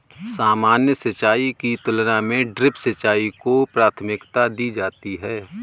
सामान्य सिंचाई की तुलना में ड्रिप सिंचाई को प्राथमिकता दी जाती है